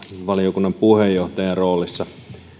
valiokunnan puheenjohtajan roolissa